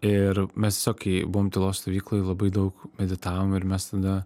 ir mes tiesiog kai buvom tylos stovykloj labai daug meditavom ir mes tada